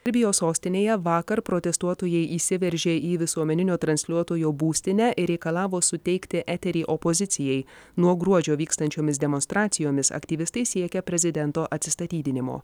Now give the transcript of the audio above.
libijos sostinėje vakar protestuotojai įsiveržė į visuomeninio transliuotojo būstinę ir reikalavo suteikti eterį opozicijai nuo gruodžio vykstančiomis demonstracijomis aktyvistai siekia prezidento atsistatydinimo